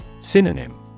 Synonym